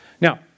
Now